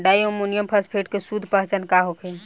Di ammonium phosphate के शुद्ध पहचान का होखे?